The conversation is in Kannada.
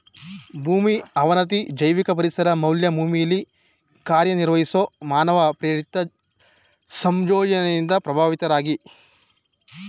ಭೂಮಿ ಅವನತಿ ಜೈವಿಕ ಪರಿಸರ ಮೌಲ್ಯ ಭೂಮಿಲಿ ಕಾರ್ಯನಿರ್ವಹಿಸೊ ಮಾನವ ಪ್ರೇರಿತ ಸಂಯೋಜನೆಯಿಂದ ಪ್ರಭಾವಿತವಾಗಿದೆ